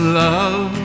love